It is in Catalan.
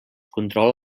controla